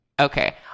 Okay